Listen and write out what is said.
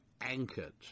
anchored